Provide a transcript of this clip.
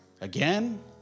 Again